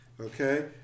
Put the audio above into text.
Okay